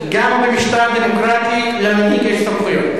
גם במשטר דמוקרטי למנהיג יש סמכויות.